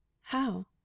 How